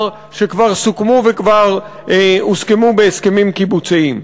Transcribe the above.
שכבר סוכמו וכבר הוסכמו בהסכמים קיבוציים.